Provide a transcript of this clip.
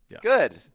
Good